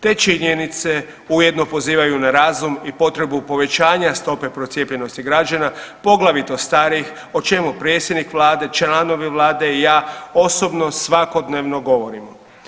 Te činjenice ujedno pozivaju na razum i potrebu povećanja broja procijepljenosti građana, poglavito starijih, o čemu predsjednik Vlade, članovi Vlade i ja osobo svakodnevno govorimo.